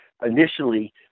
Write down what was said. initially